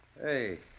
Hey